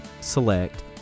select